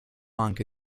anche